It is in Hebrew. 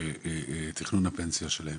הוא תכנון הפנסיה שלהם.